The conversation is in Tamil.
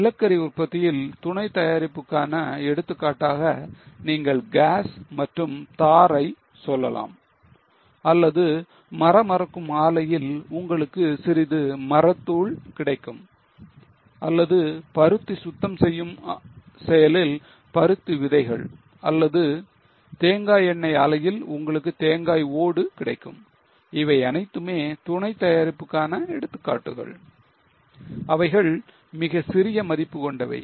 நிலக்கரி உற்பத்தியில் துணை தயாரிப்புக்கான எடுத்துக்காட்டாக நீங்கள் gas மற்றும் tar ஐ தரலாம் அல்லது மரம் அறுக்கும் ஆலையில் உங்களுக்கு சிறிது மரத்தூள் கிடைக்கும் அல்லது பருத்தி சுத்தம் செய்யும் செயலில் பருத்தி விதைகள் அல்லது தேங்காய் எண்ணை ஆலையில் உங்களுக்கு தேங்காய் ஓடு கிடைக்கும் இவை அனைத்துமே துணை தயாரிப்புகளுக்கான எடுத்துக்காட்டுகள் அவைகள் மிகச்சிறிய மதிப்பு கொண்டவை